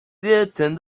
returned